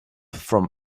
from